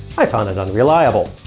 i've found it unreliable.